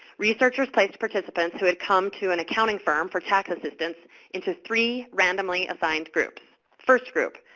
researchers placed participants who had come to an accounting firm for tax assistance into three randomly assigned groups. first group,